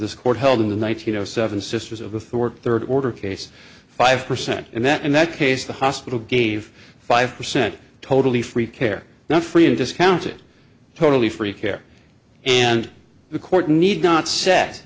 this court held in the night you know seven sisters of the thorpe third order case five percent and that in that case the hospital gave five percent totally free care not free and discounted totally free care and the court need not set